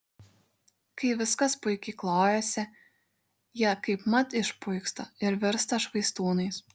kai viskas puikiai klojasi jie kaipmat išpuiksta ir virsta švaistūnais